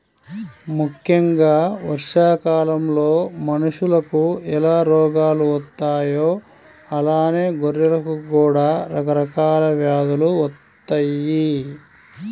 ముక్కెంగా వర్షాకాలంలో మనుషులకు ఎలా రోగాలు వత్తాయో అలానే గొర్రెలకు కూడా రకరకాల వ్యాధులు వత్తయ్యి